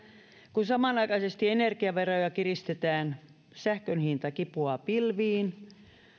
kun samanaikaisesti energiaveroja kiristetään sähkön hinta kipuaa pilviin